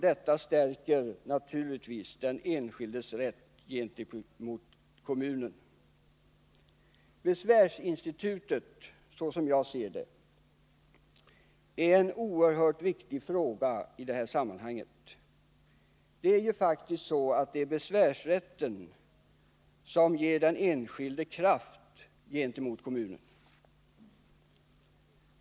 Detta stärker naturligtvis den enskildes rätt gentemot kommunen. Besvärsinstitutet är som jag ser det någonting oerhört viktigt i detta sammanhang. Det är besvärsrätten som ger den enskilde kraft gentemot kommunen.